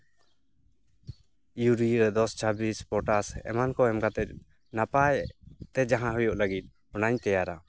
ᱤᱭᱩᱨᱤᱭᱟᱹ ᱫᱚᱥ ᱪᱷᱟᱵᱽᱵᱤᱥ ᱯᱚᱴᱟᱥ ᱮᱢᱟᱱ ᱠᱚ ᱮᱢ ᱠᱟᱛᱮᱫ ᱱᱟᱯᱟᱭᱛᱮ ᱡᱟᱦᱟᱸ ᱦᱳᱭᱳᱜ ᱞᱟᱹᱜᱤᱫ ᱚᱱᱟᱧ ᱛᱮᱭᱟᱨᱟ